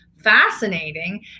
fascinating